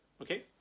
okay